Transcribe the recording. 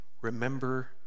remember